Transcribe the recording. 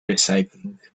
recycling